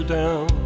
down